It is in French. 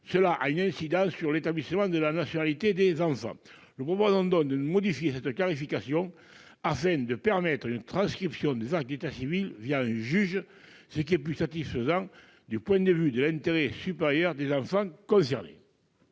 a une incidence sur l'établissement de la nationalité des enfants. Nous proposons donc de modifier le dispositif de l'article, afin de permettre la transcription des actes d'état civil étrangers un juge, solution plus satisfaisante du point de vue de l'intérêt supérieur des enfants concernés.